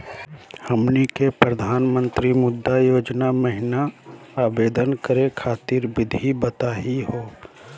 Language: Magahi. हमनी के प्रधानमंत्री मुद्रा योजना महिना आवेदन करे खातीर विधि बताही हो?